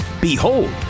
Behold